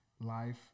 life